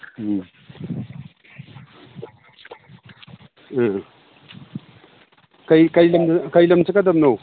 ꯎꯝ ꯑ ꯀꯩ ꯂꯝ ꯆꯠꯀꯗꯕꯅꯣ